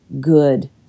good